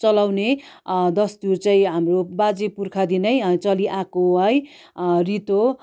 चलाउने दस्तुर चाहिँ हाम्रो बाजे पुर्खादेखि नै चलिआएको है रित हो